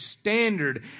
standard